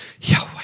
Yahweh